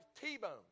T-bone